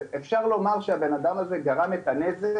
ואפשר לומר שהבן אדם הזה גרם את הנזק